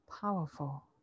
powerful